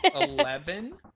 eleven